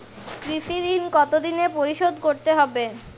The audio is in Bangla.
কৃষি ঋণ কতোদিনে পরিশোধ করতে হবে?